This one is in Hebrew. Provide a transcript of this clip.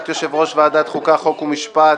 נתחיל בבקשת יושב-ראש ועדת החוקה חוק ומשפט